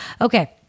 Okay